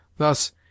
Thus